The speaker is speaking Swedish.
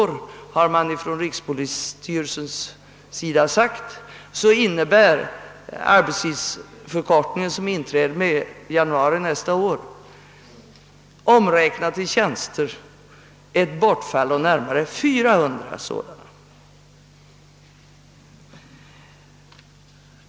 Rikspolisstyrelsen har framhållit att den arbetstidsförkortning som inträder fr.o.m. januari nästa år på ett helt budgetår innebär, omräknad i tjänster, ett bortfall på närmare 400.